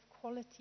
quality